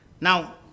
Now